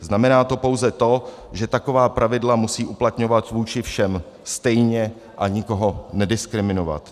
Znamená to pouze to, že taková pravidla musí uplatňovat vůči všem stejně a nikoho nediskriminovat.